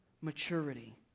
maturity